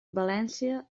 valència